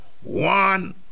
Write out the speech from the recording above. one